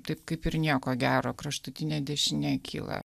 taip kaip ir nieko gero kraštutinė dešinė kyla